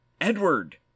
Edward